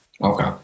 Okay